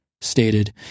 stated